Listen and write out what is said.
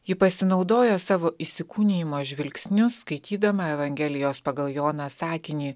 ji pasinaudoja savo įsikūnijimo žvilgsniu skaitydama evangelijos pagal joną sakinį